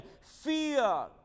Fear